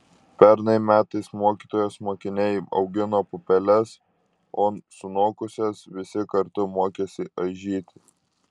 pernai metais mokytojos mokiniai augino pupeles o sunokusias visi kartu mokėsi aižyti